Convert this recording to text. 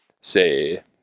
say